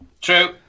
true